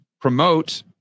promote